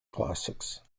classics